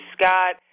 Scott